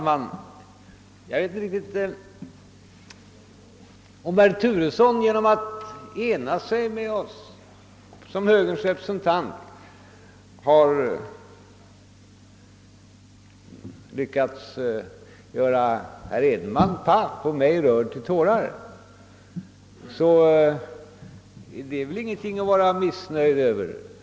Herr talman! Om herr Turesson som högerns representant genom att ena sig med oss har lyckats göra herr Edenman paff och mig rörd till tårar, är det väl ingenting att vara missnöjd över.